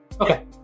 okay